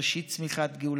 ראשית צמיחת גאולתנו,